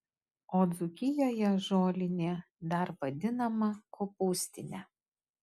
o dzūkijoje žolinė dar vadinama kopūstine